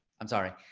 i'm sorry.